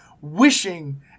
wishing